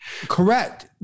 Correct